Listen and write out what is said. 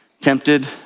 tempted